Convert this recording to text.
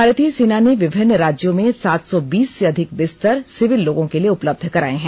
भारतीय सेना ने विभिन्न राज्यों में सात सौ बीस से अधिक बिस्तर सिविल लोगों के लिए उपलब्ध कराए हैं